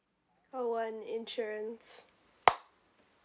call one insurance